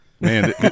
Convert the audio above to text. Man